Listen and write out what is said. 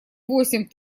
восемь